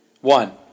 one